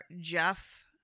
Jeff